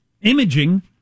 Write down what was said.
Imaging